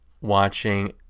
watching